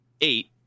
eight